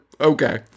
okay